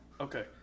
Okay